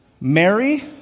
Mary